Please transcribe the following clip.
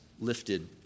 lifted